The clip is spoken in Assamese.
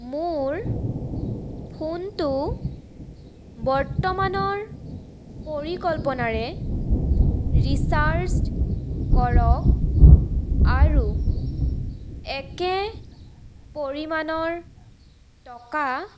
মোৰ ফোনটো বৰ্তমানৰ পৰিকল্পনাৰে ৰিচাৰ্জ কৰক আৰু একে পৰিমাণৰ টকা